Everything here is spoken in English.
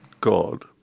God